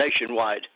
nationwide